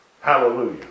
Hallelujah